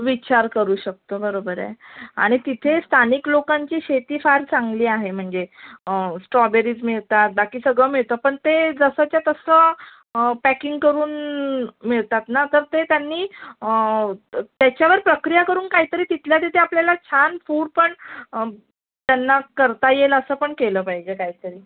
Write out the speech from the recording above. विचार करू शकतो बरोबर आहे आणि तिथे स्थानिक लोकांची शेती फार चांगली आहे म्हणजे स्ट्रॉबेरीज मिळतात बाकी सगळं मिळतं पण ते जसंच्या तसं पॅकिंग करून मिळतात ना तर ते त्यांनी त्याच्यावर प्रक्रिया करून काहीतरी तिथल्या तिथे आपल्याला छान फूड पण त्यांना करता येईल असं पण केलं पाहिजे काहीतरी